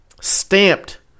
stamped